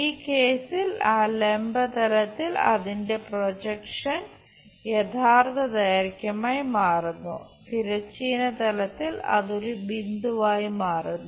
ഈ കേസിൽ ആ ലംബ തലത്തിൽ അതിന്റെ പ്രൊജക്ഷൻ യഥാർത്ഥ ദൈർഘ്യമായി മാറുന്നു തിരശ്ചീന തലത്തിൽ അതൊരു ബിന്ദുവായി മാറുന്നു